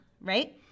right